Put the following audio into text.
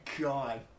god